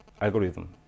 algorithm